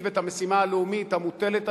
רוברט אילטוב,